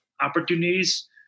opportunities